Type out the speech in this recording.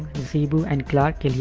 cebu and clark.